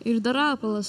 ir dar rapolas